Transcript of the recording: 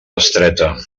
estreta